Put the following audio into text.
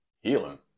Healing